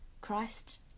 christ